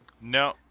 no